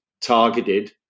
targeted